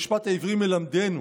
המשפט העברי מלמדנו,